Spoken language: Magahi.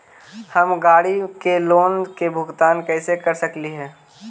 हम गाड़ी के लोन के भुगतान कैसे कर सकली हे?